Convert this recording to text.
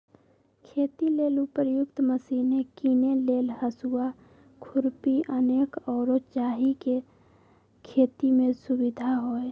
खेती लेल उपयुक्त मशिने कीने लेल हसुआ, खुरपी अनेक आउरो जाहि से खेति में सुविधा होय